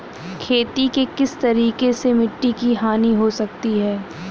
खेती के किस तरीके से मिट्टी की हानि हो सकती है?